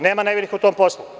Nema nevinih u tom poslu.